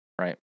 Right